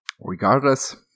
Regardless